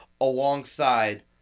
alongside